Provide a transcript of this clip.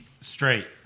Straight